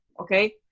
Okay